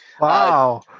Wow